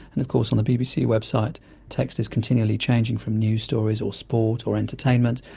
and of course on the bbc website text is continually changing from news stories or sport or entertainment,